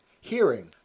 hearing